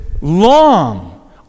long